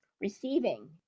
Receiving